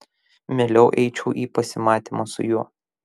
mieliau eičiau į pasimatymą su juo